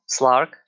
Slark